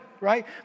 right